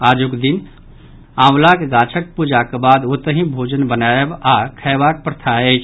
आजुक दिन आंवलाक गाछक पूजाक बाद ओतहि भोजन बनाएब आओर खयबाक प्रथा अछि